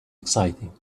exciting